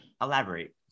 elaborate